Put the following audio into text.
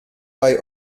bei